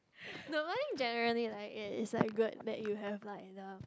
no generally like it is like good that you have like the